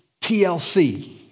TLC